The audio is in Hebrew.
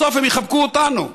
בסוף הם יחבקו אותנו.